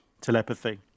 Telepathy